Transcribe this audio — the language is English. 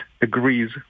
agrees